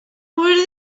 were